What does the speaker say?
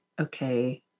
okay